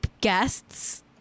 guests